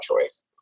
choice